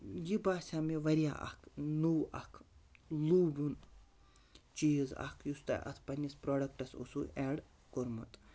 یہِ باسیٛو مےٚ واریاہ اَکھ نو اَکھ لوٗبوُن چیٖز اَکھ یُس تۄہہِ اَتھ پنٛنِس پرٛوٚڈَکٹَس اوسوٕ ایڈ کوٚرمُت